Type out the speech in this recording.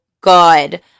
good